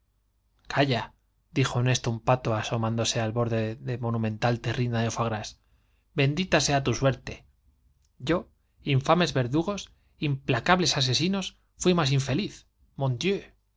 calla dijo en esto un pato asomándose al borde de monumental terrina de oie graso i ben dita sea tu suerte yo infames verdugos implacables asesinos fuí más infeliz